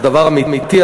זה דבר אמיתי.